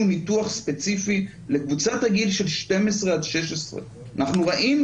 ניתוח ספציפי לקבוצת הגיל של 12 עד 16. אנחנו ראינו